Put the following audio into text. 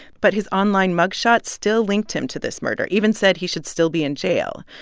but his online mug shot still linked him to this murder, even said he should still be in jail.